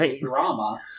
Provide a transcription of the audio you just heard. drama